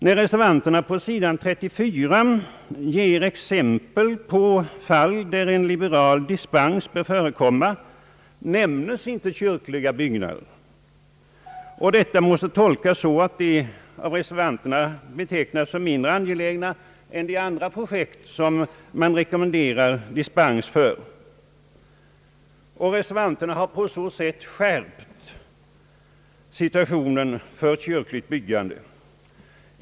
När reservanterna på sidan 34 ger exempel på fall där en liberal dispens bör förekomma nämnes icke kyrkliga byggnader. Detta måste tolkas så att de av reservanterna betecknas såsom mindre angelägna än de andra projekt som man kräver dispens för. Reservanterna har på så sätt skärpt situationen för kyrkligt byggande.